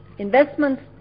Investments